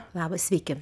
labas sveiki